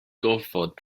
gorfod